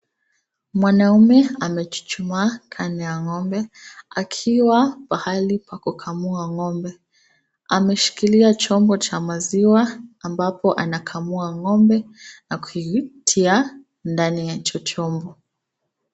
Mwanaume amechuchumaa kando ya ng'ombe, akiwa pahali pa kukamua ng'ombe. Ameshikilia chombo cha maziwa, ambapo anakamua ng'ombe na kuivutia ndani ya hicho chombo.